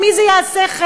עם מי זה יעשה חסד?